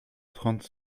trente